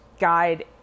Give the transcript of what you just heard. guide